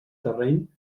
terreny